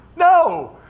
No